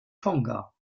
tonga